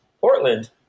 Portland